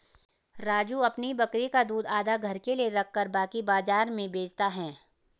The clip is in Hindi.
राजू अपनी बकरी का दूध आधा घर के लिए रखकर बाकी बाजार में बेचता हैं